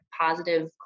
positive